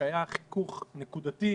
שהיה חיכוך נקודתי,